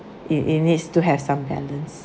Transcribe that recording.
it it needs to have some balance